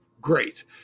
great